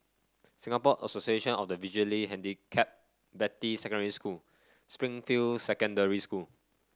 Singapore Association of the Visually Handicapped Beatty Secondary School Springfield Secondary School